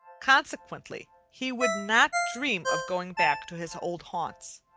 consequently he would not dream of going back to his old haunts.